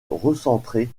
recentrer